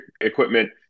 equipment